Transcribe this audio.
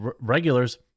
regulars